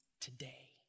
today